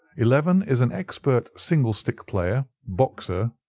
eleven. is an expert singlestick player, boxer,